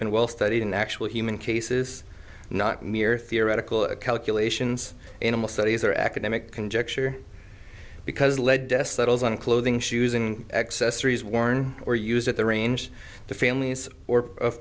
been well studied in actual human cases not mere theoretical calculations animal studies or academic conjecture because ledes settles on clothing shoes and accessories worn or used at the range the families or of